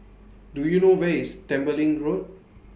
Do YOU know Where IS Tembeling Road